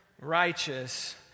righteous